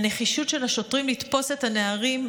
הנחישות של השוטרים לתפוס את הנערים,